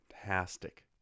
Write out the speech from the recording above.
fantastic